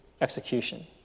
execution